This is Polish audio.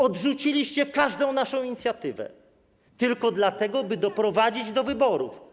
Odrzuciliście każdą naszą inicjatywę, tylko dlatego, by doprowadzić do wyborów.